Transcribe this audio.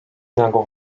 nagu